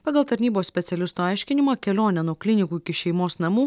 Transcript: pagal tarnybos specialisto aiškinimą kelionė nuo klinikų iki šeimos namų